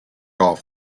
off